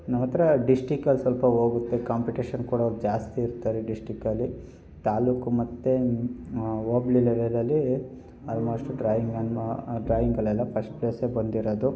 ನಮ್ಮ ಹತ್ತಿರ ಡಿಸ್ಟಿಕಲ್ಲಿ ಸ್ವಲ್ಪ ಹೋಗುತ್ತೆ ಕಾಂಪಿಟೇಶನ್ ಕೊಡೋರು ಜಾಸ್ತಿ ಇರ್ತಾರೆ ಡಿಸ್ಟಿಕಲ್ಲಿ ತಾಲ್ಲೂಕು ಮತ್ತು ಹೋಬ್ಳಿ ಲೆವೆಲಲ್ಲಿ ಆಲ್ಮೋಸ್ಟು ಡ್ರಾಯಿಂಗ್ ಡ್ರಾಯಿಂಗಲ್ಲೆಲ್ಲ ಫಸ್ಟ್ ಪ್ಲೇಸೆ ಬಂದಿರೋದು